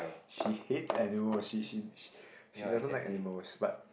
she hates animal she she she she doesn't like animals but